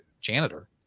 janitor